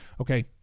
okay